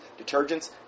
detergents